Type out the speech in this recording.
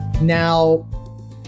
Now